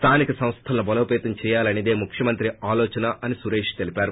స్లానిక సంస్వలను బలోపేతం చేయాలన్న దే ముఖ్వమంత్రి ఆలోచన అని సురేష్ తెలిపారు